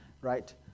Right